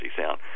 sound